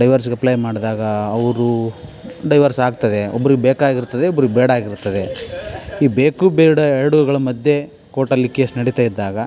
ಡೈವರ್ಸಿಗೆ apply ಮಾಡಿದಾಗ ಅವರು divorce ಆಗ್ತದೆ ಒಬ್ರಿಗೆ ಬೇಕಾಗಿರ್ತದೆ ಒಬ್ರಿಗೆ ಬೇಡಾಗಿರ್ತದೆ ಈ ಬೇಕು ಬೇಡ ಎರಡುಗಳ ಮಧ್ಯೆ ಕೋರ್ಟಲ್ಲಿ ಕೇಸ್ ನಡಿತಾ ಇದ್ದಾಗ